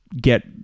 get